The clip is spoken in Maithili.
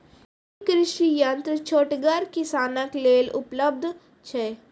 ई कृषि यंत्र छोटगर किसानक लेल उपलव्ध छै?